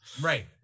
Right